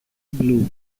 blue